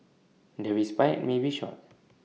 the respite may be short